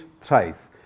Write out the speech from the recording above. thrice